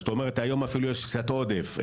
זאת אומרת שהיום אפילו יש מעט עודף.